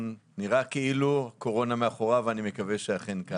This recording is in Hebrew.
נראה שהקורונה מאחוריו ואני מקווה שזה כך.